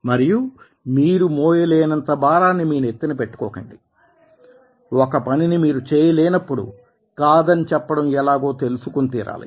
మరియు మీరు మోయలేనంత భారాన్ని మీ నెత్తిన పెట్టుకోకండి ఒక పనిని మీరు చేయలేనప్పుడు కాదని చెప్పడం ఎలాగో తెలుసుకుని తీరాలి